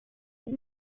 many